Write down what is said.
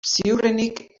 ziurrenik